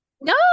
no